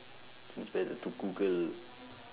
it's better to google